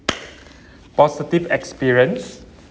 positive experience